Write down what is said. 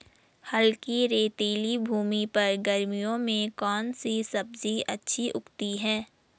हल्की रेतीली भूमि पर गर्मियों में कौन सी सब्जी अच्छी उगती है?